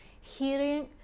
hearing